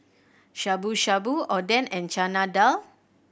Shabu Shabu Oden and Chana Dal